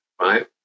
right